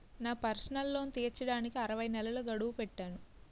నా personal loan తీర్చడానికి అరవై నెలల గడువు పెట్టాను